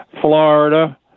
Florida